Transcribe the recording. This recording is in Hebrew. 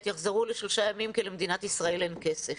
יחזרו לשלושה ימים כי למדינת ישראל אין כסף.